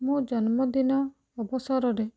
ମୁଁ ଜନ୍ମଦିନ ଅବସରରେ